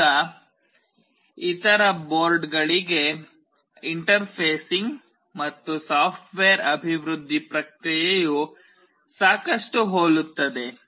ಈಗ ಇತರ ಬೋರ್ಡ್ಗಳಿಗೆ ಇಂಟರ್ಫೇಸಿಂಗ್ ಮತ್ತು ಸಾಫ್ಟ್ವೇರ್ ಅಭಿವೃದ್ಧಿಯ ಪ್ರಕ್ರಿಯೆಯು ಸಾಕಷ್ಟು ಹೋಲುತ್ತದೆ